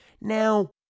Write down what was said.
Now